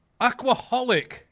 Aquaholic